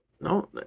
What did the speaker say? no